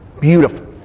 beautiful